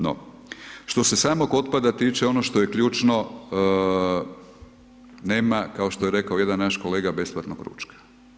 No, što se samog otpada tiče, ono što je ključno, nema, kao što je rekao jedan naš kolega besplatnog ručka.